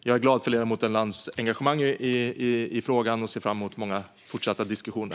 Jag är glad över ledamoten Lantz engagemang i frågan och ser fram emot många fortsatta diskussioner.